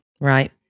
right